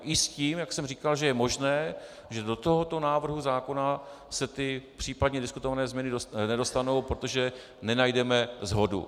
I s tím, jak jsem říkal, že je možné, že do tohoto návrhu zákona se případně diskutované změny nedostanou, protože nenajdeme shodu.